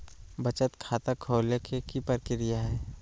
बचत खाता खोले के कि प्रक्रिया है?